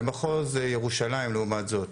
ומחוז ירושלים לעומת זאת,